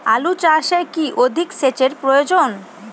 আলু চাষে কি অধিক সেচের প্রয়োজন?